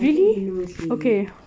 I think he knows leh